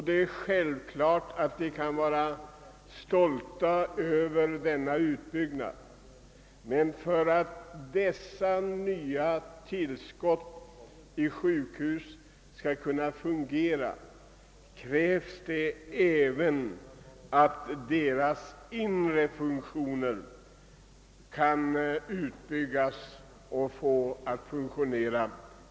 Det är självklart att vi kan vara stolta över denna utbyggnad, men för att dessa nya sjukhus skall kunna fungera krävs det att även deras inre funktioner kan byggas ut.